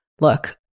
look